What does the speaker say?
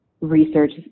research